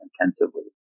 intensively